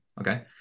okay